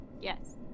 yes